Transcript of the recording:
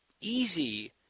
easy